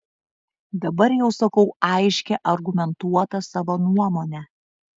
dabar jau sakau aiškią argumentuotą savo nuomonę